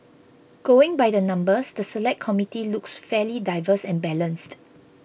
going by the numbers the Select Committee looks fairly diverse and balanced